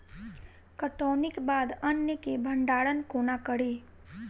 कटौनीक बाद अन्न केँ भंडारण कोना करी?